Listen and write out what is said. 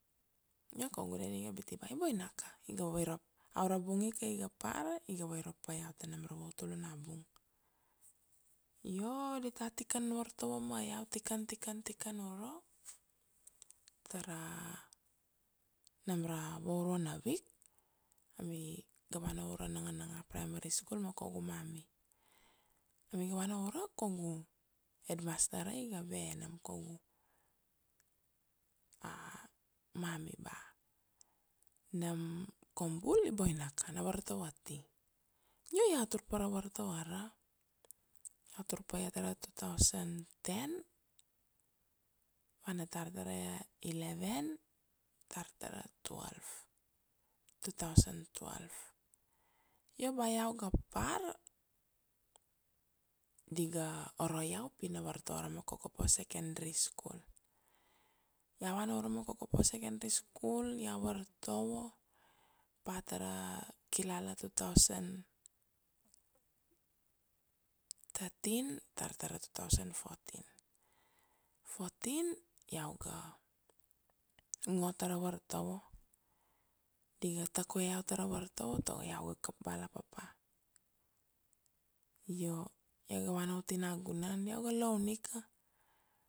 io kaugu daddy iga biti ba i boinaka, iga vava irop, aura bung ika iga par, iga vairop pa iau ta nam ra vautul na bung. Io, dita tikan vartovo ma iau, tikan, tikan, tikan uro, tara, nam ra vauruana week ami ga vana ura Nangananga primary school ma kaugu mummy. Ami ga vana ura kaugu Headmaster ara iga ve nam kaugu, mummy ba nam kaum bul i boinaka na vartovo ati. Io iau tur pa ra vartovo ara, iau tur pa ia tara two thousand ten, vana tar tara eleven, tar tara twelve, two thousand twelve. Io ba iau ga par, di ga oro iau pi na vartovo arama Kokopo secondary school, iau vana urama Kokopo secondary school iau vartovo, pa tara kilala two thousand thirteen tar tara two thousand fourteen, fourteen iau ga ngo tara vartovo. Di ga tak vue iau tara vartovo tago iau ga kap bala papa, io iau ga vana uti nagunan, iau ga laun ika